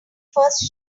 first